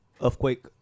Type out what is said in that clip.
Earthquake